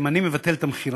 אם אני מבטל את המכירה,